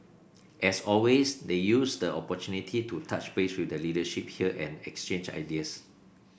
as always they used the opportunity to touch base with the leadership here and exchange ideas